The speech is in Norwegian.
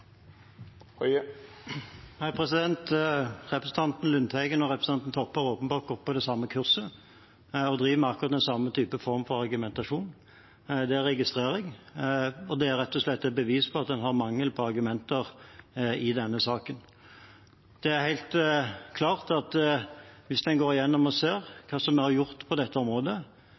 her en statsråd som går til et så usaklig frontalangrep på representanten Toppe. Det er uverdig. Representanten Lundteigen og representanten Toppe har åpenbart gått på det samme kurset og driver med akkurat den samme formen for argumentasjon. Det registrerer jeg, og det er rett og slett et bevis på at man har mangel på argumenter i denne saken. Det er helt klart at hvis en går gjennom og ser på hva